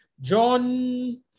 John